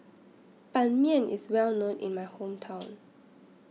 Ban Mian IS Well known in My Hometown